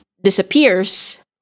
disappears